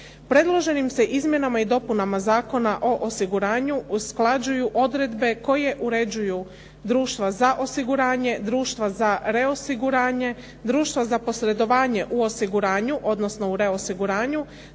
Predloženim se izmjenama i dopunama Zakona o osiguranju usklađuju odredbe koje uređuju društva za osiguranje, društva za reosiguranje, društva za posredovanje u osiguranju, odnosno u reosiguranju,